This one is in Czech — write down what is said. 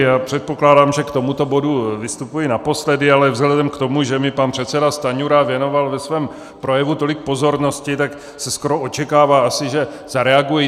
Já předpokládám, že k tomuto bodu vystupuji naposledy, ale vzhledem k tomu, že mi pan předseda Stanjura věnoval ve svém projevu tolik pozornosti, tak se skoro očekává asi, že zareaguji.